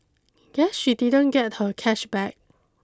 guess she didn't get her cash back